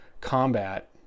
combat